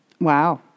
Wow